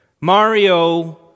Mario